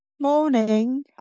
Morning